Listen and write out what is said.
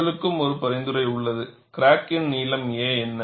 உங்களுக்கும் ஒரு பரிந்துரை உள்ளது கிராக்கின் நீளம் a என்ன